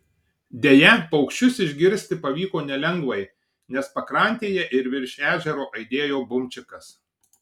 deja paukščius išgirsti pavyko nelengvai nes pakrantėje ir virš ežero aidėjo bumčikas